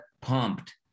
pumped